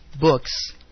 books